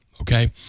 okay